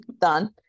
done